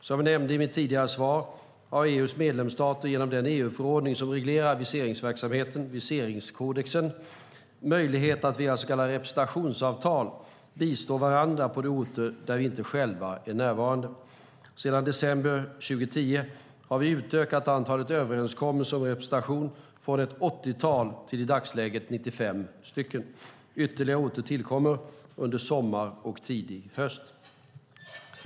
Som jag nämnde i mitt tidigare svar har EU:s medlemsstater genom den EU-förordning som reglerar viseringsverksamheten - Viseringskodexen - möjlighet att via så kallade representationsavtal bistå varandra på de orter där vi inte själva är närvarande. Sedan december 2010 har vi utökat antalet överenskommelser om representation från ett 80-tal till i dagsläget 95 stycken. Ytterligare orter tillkommer under sommar och tidig höst.